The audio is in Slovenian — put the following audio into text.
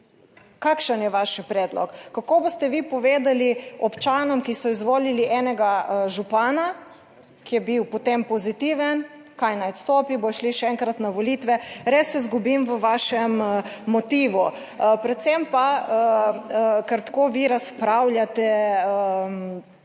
Kakšen je vaš predlog? Kako boste vi povedali občanom, ki so izvolili enega župana, ki je bil potem pozitiven, kaj naj odstopi. bodo šli še enkrat na volitve. Res se izgubim v vašem motivu. Predvsem pa ker tako vi razpravljate,